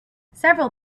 several